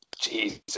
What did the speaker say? Jesus